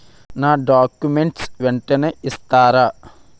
నా డాక్యుమెంట్స్ వెంటనే ఇస్తారా?